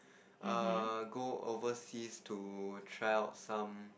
err go overseas to tryout some